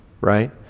right